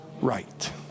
right